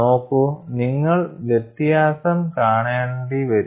നോക്കൂ നിങ്ങൾ വ്യത്യാസം കാണേണ്ടി വരും